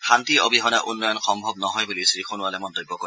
শান্তি অবিহনে উন্নয়ন সম্ভৱ নহয় বুলি শ্ৰীসোণোৱালে মন্তব্য কৰে